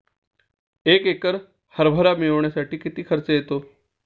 एक एकर हरभरा मळणीसाठी किती खर्च होतो?